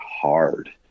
hard